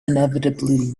inevitably